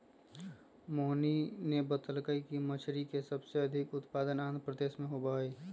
मोहिनी ने बतल कई कि मछ्ली के सबसे अधिक उत्पादन आंध्रप्रदेश में होबा हई